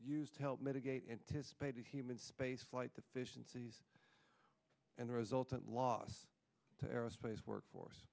have to help mitigate anticipated human spaceflight deficiencies and the resulting loss to aerospace workforce